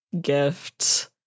gift